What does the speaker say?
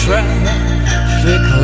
Traffic